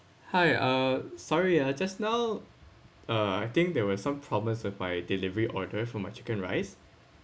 hi uh sorry ah just now uh I think they will have some problems with my delivery order for my chicken rice